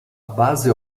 base